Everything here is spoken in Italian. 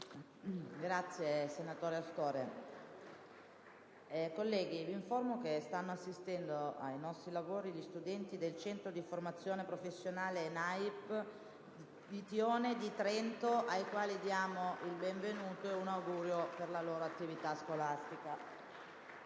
Onorevoli colleghi, vi informo che stanno assistendo ai nostri lavori gli studenti del Centro di formazione professionale «ENAIP» di Tione di Trento, ai quali rivolgo il nostro benvenuto e un augurio per la loro attività scolastica.